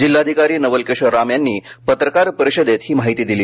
जिल्हाधिकारी नवलकिशोर राम यांनी पत्रकार परिषदेत ही माहिती दिली